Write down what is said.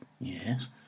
Yes